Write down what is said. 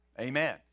Amen